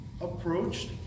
approached